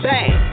Bang